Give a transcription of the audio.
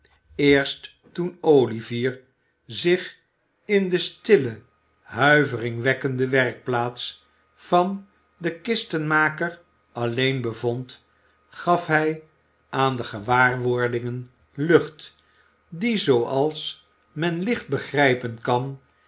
eerst toen olivier zich in de stille huiveringwekkende werkplaats van den kistenmaker alleen bevond gaf hij aan de gewaarwordingen lucht die zooals men licht begrijpen kan